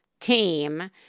team